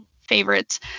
favorites